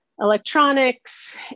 electronics